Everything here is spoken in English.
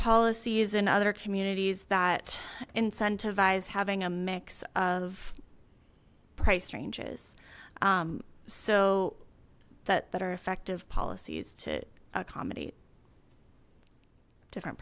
policies in other communities that incentivize having a mix of price ranges so that that are effective policies to accommodate different